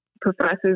professors